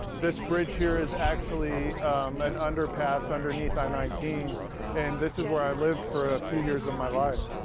this bridge here is actually an underpass underneath i nineteen and this is where i lived for a few years of my life.